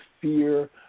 fear